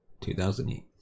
2008